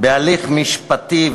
בהליך משפטי,